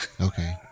Okay